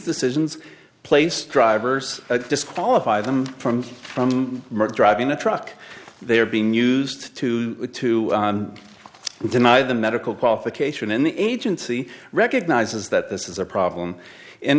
decisions placed drivers disqualify them from from driving a truck they are being used to deny them medical qualification in the agency recognizes that this is a problem and